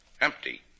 Empty